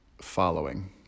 following